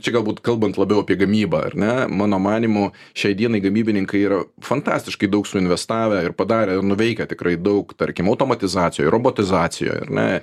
čia galbūt kalbant labiau apie gamybą ar ne mano manymu šiai dienai gamybininkai yra fantastiškai daug suinvestavę ir padarę ir nuveikę tikrai daug tarkim automatizacijoj robotizacijoj ar ne